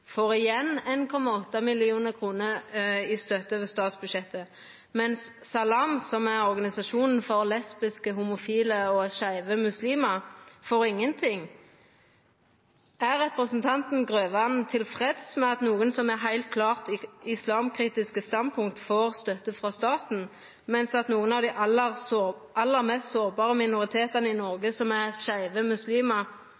får igjen 1,8 mill. kr i støtte over statsbudsjettet, medan Salam, organisasjonen for lesbiske, homofile og skeive muslimar, får ingenting. Er representanten Grøvan tilfreds med at nokre som har heilt klart islamkritiske standpunkt, får støtte frå staten, medan nokre av dei aller mest sårbare minoritetane i